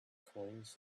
coins